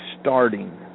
starting